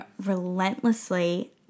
relentlessly